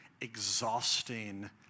exhausting